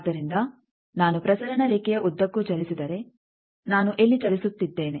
ಆದ್ದರಿಂದ ನಾನು ಪ್ರಸರಣ ರೇಖೆಯ ಉದ್ದಕ್ಕೂ ಚಲಿಸಿದರೆ ನಾನು ಎಲ್ಲಿ ಚಲಿಸುತ್ತಿದ್ದೇನೆ